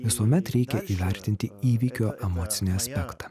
visuomet reikia įvertinti įvykio emocinį aspektą